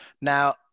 Now